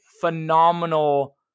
phenomenal